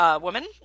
woman